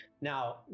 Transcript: Now